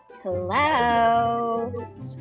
Hello